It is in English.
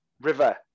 river